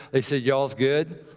they said, y'all's good?